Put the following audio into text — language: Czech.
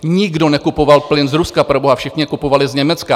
Nikdo nekupoval plyn z Ruska, proboha, všichni kupovali z Německa.